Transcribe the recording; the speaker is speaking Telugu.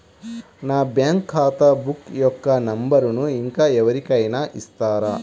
నా బ్యాంక్ ఖాతా బుక్ యొక్క నంబరును ఇంకా ఎవరి కైనా ఇస్తారా?